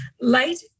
light